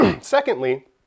Secondly